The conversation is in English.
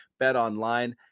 BetOnline